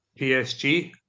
PSG